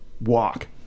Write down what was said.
walk